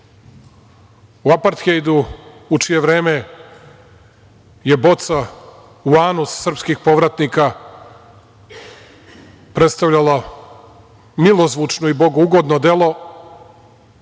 u Aparthejdu u čije vreme je „ boca u anus“ srpskih povratnika predstavljala milozvučno i bogougodno delo,